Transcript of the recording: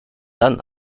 dann